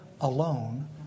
alone